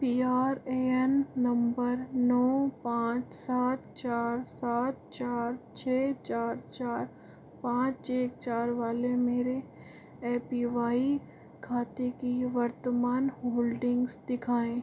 P R A N number नौ पाँच सात चार सात चार छः चार चार पाँच एक चार वाले मेरे ए पी वाई खाते की वर्तमान होल्डिंग्स दिखाएँ